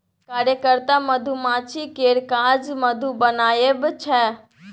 कार्यकर्ता मधुमाछी केर काज मधु बनाएब छै